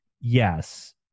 Yes